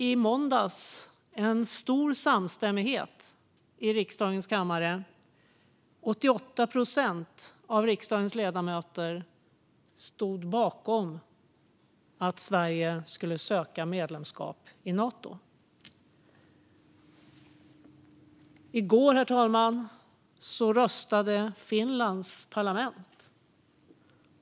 I måndags rådde stor samstämmighet i riksdagens kammare då 88 procent av riksdagens ledamöter stod bakom att Sverige skulle söka medlemskap i Nato. I går, herr talman, röstade Finlands parlament.